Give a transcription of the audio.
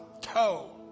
toe